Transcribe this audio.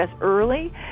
early